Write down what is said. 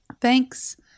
Thanks